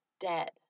dead